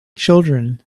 children